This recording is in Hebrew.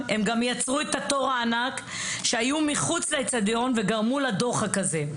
הם גם יצרו את תור ענק מחוץ לאצטדיון וגרמו לדוחק הזה.